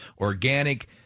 organic